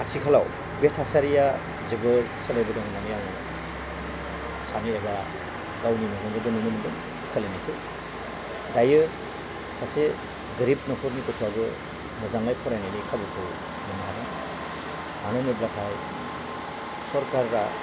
आथिखालाव बे थासारिया जोबोर सोलायबोदों होननानै आङो सानो एबा गावनि मेगनजोंबो नुनो मोन्दों सोलायनायखौ दायो सासे गोरिब न'खरनि गथ'आबो मोजाङै फरायनायनि खाबुखौ मोननो हादों मानो होनोब्लाथाय सरकारा